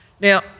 Now